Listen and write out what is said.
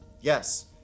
Yes